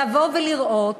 לבוא ולראות